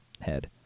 head